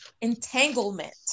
entanglement